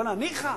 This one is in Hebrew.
ניחא,